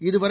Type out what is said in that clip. இதுவரை